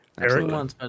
Eric